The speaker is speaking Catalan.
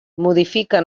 modifica